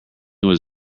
was